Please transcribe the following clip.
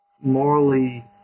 morally